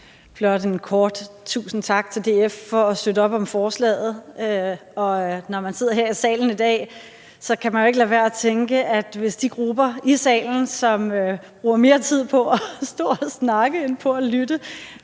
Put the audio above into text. Blot et kort tusind tak til DF for at støtte op om forslaget. Når man sidder her i salen i dag, kan man ikke lade være med at tænke, at hvis de grupper i salen, som bruger mere tid på at stå og snakke end på at lytte,